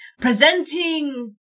presenting